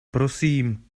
prosím